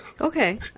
Okay